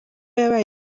yabaye